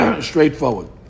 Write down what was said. straightforward